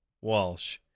Walsh